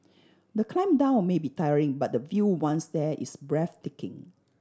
the climb down may be tiring but the view once there is breathtaking